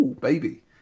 Baby